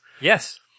yes